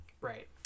right